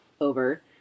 over